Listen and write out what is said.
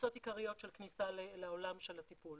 תפיסות עיקריות של כניסה לעולם של הטיפול.